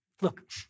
Look